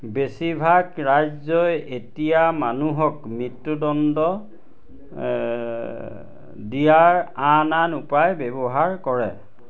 বেছিভাগ ৰাজ্যই এতিয়া মানুহক মৃত্যুদণ্ড দিয়াৰ আন আন উপায় ব্যৱহাৰ কৰে